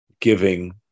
giving